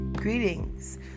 greetings